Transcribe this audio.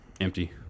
empty